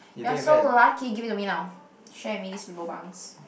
you're so lucky give it to me now share with me this lobangs